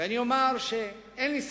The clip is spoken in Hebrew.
ואני אומר שאין לי ספק,